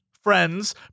Friends